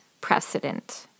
precedent